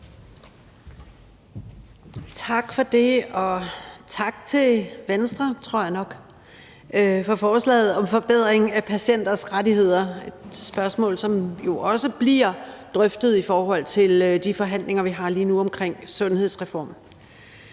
Tak for det, og tak til Venstre, tror jeg nok, for forslaget om forbedring af patienters rettigheder. Det er spørgsmål, som også bliver drøftet under de forhandlinger, vi har lige nu omkring sundhedsreformen.